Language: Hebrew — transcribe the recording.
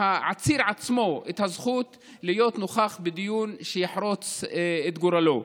מהעציר עצמו את הזכות להיות נוכח בדיון שיחרוץ את גורלו.